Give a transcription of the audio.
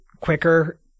quicker